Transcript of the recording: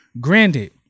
granted